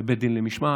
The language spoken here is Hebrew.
לבית דין למשמעת,